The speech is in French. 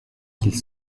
qu’ils